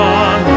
on